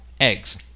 eggs